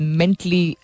mentally